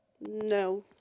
No